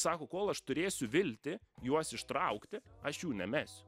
sako kol aš turėsiu viltį juos ištraukti aš jų nemesiu